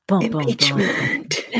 Impeachment